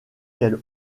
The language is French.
quel